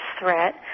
threat